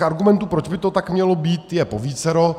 Argumentů, proč by to tak mělo být, je povícero.